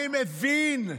אני מבין,